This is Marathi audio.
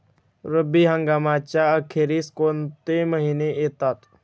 रब्बी हंगामाच्या अखेरीस कोणते महिने येतात?